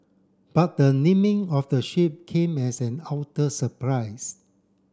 but the naming of the ship came as an utter surprise